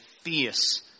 fierce